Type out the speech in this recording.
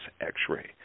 x-ray